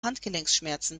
handgelenkschmerzen